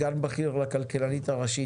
סגן בכיר לכלכלנית הראשית,